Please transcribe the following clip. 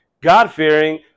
God-fearing